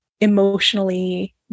emotionally